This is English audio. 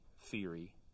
theory